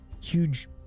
huge